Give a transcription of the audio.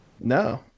No